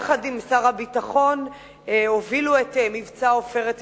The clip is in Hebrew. שיחד עם שר הביטחון הובילו את מבצע "עופרת יצוקה".